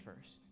first